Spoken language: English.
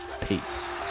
peace